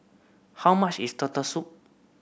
how much is Turtle Soup